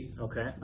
Okay